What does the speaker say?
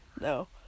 No